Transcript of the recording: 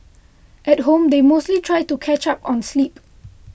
at home they mostly try to catch up on sleep